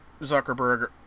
Zuckerberg